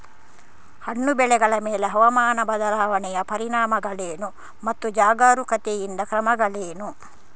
ಹಣ್ಣು ಬೆಳೆಗಳ ಮೇಲೆ ಹವಾಮಾನ ಬದಲಾವಣೆಯ ಪರಿಣಾಮಗಳೇನು ಮತ್ತು ಜಾಗರೂಕತೆಯಿಂದ ಕ್ರಮಗಳೇನು?